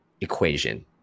equation